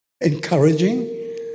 encouraging